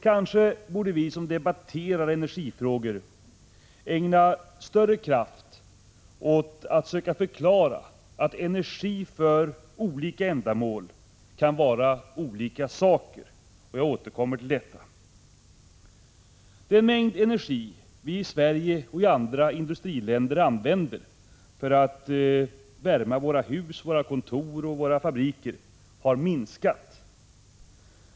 Kanske borde vi som debatterar energifrågor ägna större kraft åt att söka förklara att energi kan vara olika saker för olika ändamål — jag återkommer till detta. Den mängd energi som vi i Sverige och andra länder använder för att värma hus, kontor och fabriker har minskat.